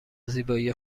زیبایی